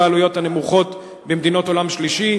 העלויות הנמוכות במדינות העולם השלישי,